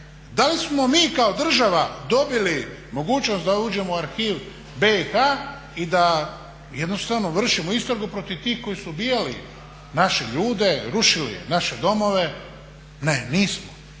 Da li smo mi kao država dobili mogućnost da uđemo u arhiv BIH i da jednostavno vršimo istragu protiv tih koji su ubijali naše ljude, rušili naše domove? Ne nismo.